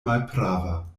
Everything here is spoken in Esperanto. malprava